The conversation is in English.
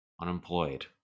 unemployed